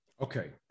Okay